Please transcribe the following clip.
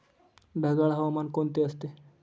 ढगाळ हवामान कोणते असते?